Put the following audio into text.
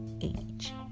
age